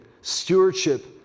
stewardship